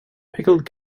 pickled